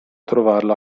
trovarlo